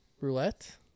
Roulette